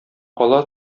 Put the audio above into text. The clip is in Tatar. кала